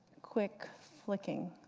quick flicking.